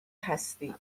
هستی